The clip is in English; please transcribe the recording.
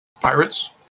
Pirates